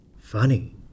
Funny